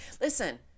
Listen